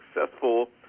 successful